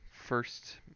first